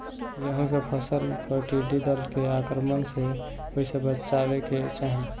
गेहुँ के फसल पर टिड्डी दल के आक्रमण से कईसे बचावे के चाही?